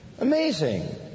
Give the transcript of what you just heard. Amazing